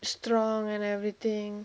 strong and everything